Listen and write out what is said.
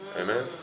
Amen